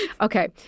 Okay